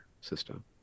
system